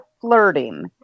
flirting